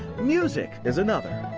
music is another.